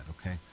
okay